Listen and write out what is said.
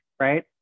Right